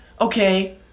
okay